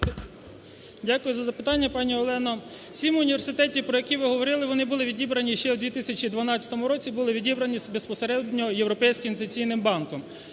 Дякую за запитання, пані Олено. 7 університетів, про які ви говорили, вони були відібрані ще у 2012 році, були відібрані безпосередньо Європейським інвестиційним банком.